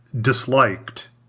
disliked